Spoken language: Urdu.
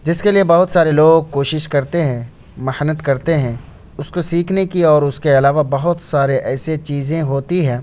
جس کے لیے بہت سارے لوگ کوشش کرتے ہیں محنت کرتے ہیں اس کو سیکھنے کی اور اس کے علاوہ بہت سارے ایسے چیزیں ہوتی ہے